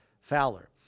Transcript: Fowler